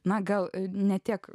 na gal ne tiek